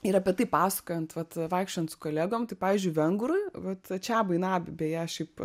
ir apie tai pasakojant vat vaikščiojant su kolegom tai pavyzdžiui vengrui vat čiabui nabi beje šiaip